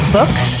Books